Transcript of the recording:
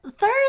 third